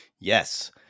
yes